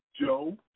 Joe